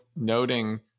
noting